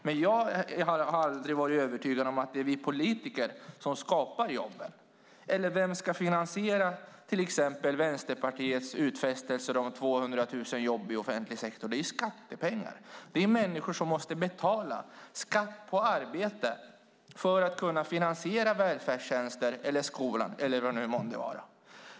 Men jag har aldrig varit övertygad om att det är vi politiker som skapar jobben. Vem ska finansiera till exempel Vänsterpartiets utfästelser om 200 000 jobb i offentlig sektor? Det är ju skattepengar. Det är människor som måste betala - skatt på arbete för att man ska kunna finansiera välfärdstjänster, skolan eller vad det kan vara.